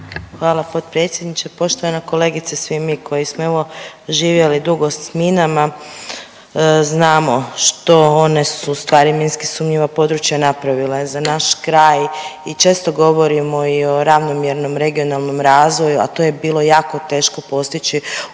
Hvala potpredsjedniče. Poštovana kolegice, svi mi koji smo evo, živjeli dugo s minama znamo što one su ustvari minski sumnjiva područja napravile za naš kraj i često govorimo i o ravnomjernom regionalnom razvoju, a to je bilo jako teško postići